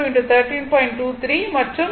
அது 40